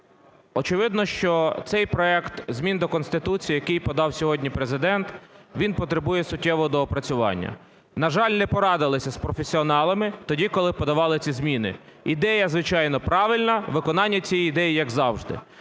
очевидно, що цей проект змін до Конституції, який подав сьогодні Президент, він потребує суттєвого доопрацювання. На жаль, не порадилися з професіоналами тоді, коли подавали ці зміни. Ідея, звичайно, правильна, виконання цієї ідеї – як завжди.